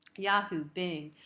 yahoo, bing.